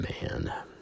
man